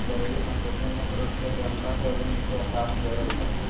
गिरबी सम्पत्ति मुख्य रूप से बंधक ऋण के साथ जोडल जा हय